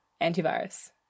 antivirus